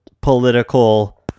political